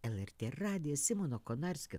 lrt radijas simono konarskio